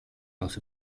also